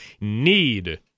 need